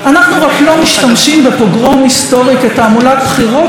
אנחנו רק לא משתמשים בפוגרום היסטורי כתעמולת בחירות.